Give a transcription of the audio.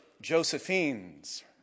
Josephine's